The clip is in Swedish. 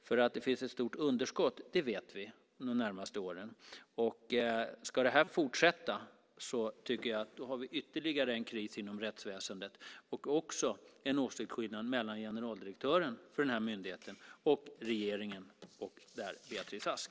Vi vet att det finns ett stort underskott de närmaste åren, och om det här ska fortsätta har vi ytterligare en kris inom rättsväsendet och också en åsiktsskillnad mellan generaldirektören för den här myndigheten och regeringen, och därmed Beatrice Ask.